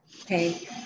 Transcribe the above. okay